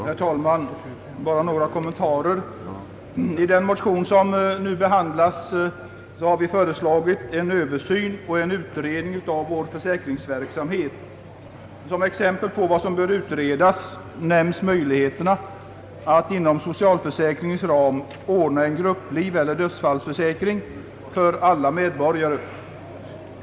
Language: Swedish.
Herr talman! Bara några kommentarer! I den motion som nu behandlas har vi föreslagit en översyn och en utredning av vår försäkringsverksamhet. Som exempel på vad som bör utredas nämnes möjligheterna att inom socialförsäkringens ram ordna en gruppliveller dödsfallsförsäkring för alla medborgare.